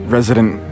Resident